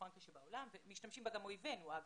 בעולם ואגב, משתמשים בה גם אויבינו,